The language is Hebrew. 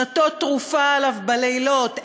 שנתו טרופה עליו בלילות.